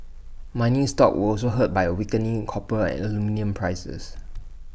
mining stocks were also hurt by A weakening in copper and aluminium prices